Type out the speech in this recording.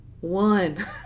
one